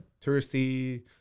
touristy